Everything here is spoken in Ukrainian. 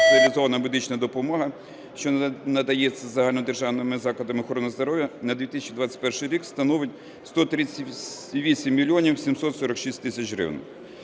високоспеціалізована медична допомога", що надається загальнодержавними закладами охорони здоров'я, на 2021 рік становить 138 мільйонів 746 тисяч гривень.